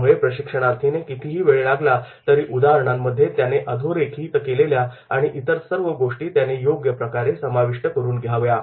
त्यामुळे प्रशिक्षणार्थीने कितीही वेळ लागला तरी उदाहरणांमध्ये त्याने अधोरेखित केलेल्या आणि इतर सर्व गोष्टी त्याने योग्य प्रकारे समाविष्ट करून घ्यावा